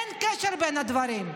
אין קשר בין הדברים.